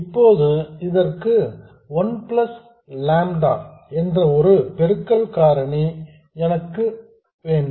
இப்போது இதற்கு one plus lambda என்ற ஒரு பெருக்கல் காரணி எனக்கு வேண்டும்